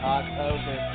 October